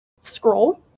scroll